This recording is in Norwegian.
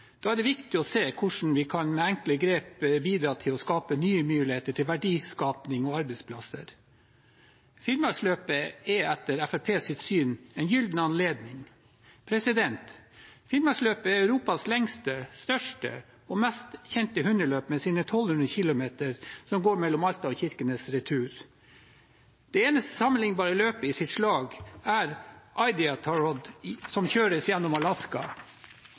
Da er det viktig å se hvordan vi med enkle grep kan bidra til å skape nye muligheter til verdiskaping og arbeidsplasser. Finnmarksløpet er etter Fremskrittspartiets syn en gylden anledning. Finnmarksløpet er Europas lengste, største og mest kjente hundeløp med sine 1 200 km, som går tur-retur Alta–Kirkenes. Det eneste sammenliknbare løp i sitt slag er Iditarod, som kjøres gjennom Alaska.